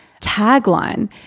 tagline